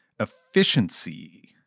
efficiency